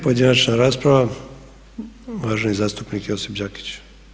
Pojedinačna rasprava uvaženi zastupnik Josip Đakić.